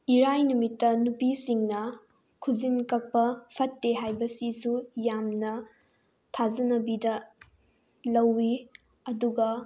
ꯏꯔꯥꯏ ꯅꯨꯃꯤꯠꯇ ꯅꯨꯄꯤꯁꯤꯡꯅ ꯈꯨꯖꯤꯟ ꯀꯛꯄ ꯐꯠꯇꯦ ꯍꯥꯏꯕꯁꯤꯁꯨ ꯌꯥꯝꯅ ꯊꯥꯖꯅꯕꯤꯗ ꯂꯧꯏ ꯑꯗꯨꯒ